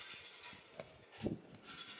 yup